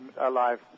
alive